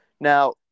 Now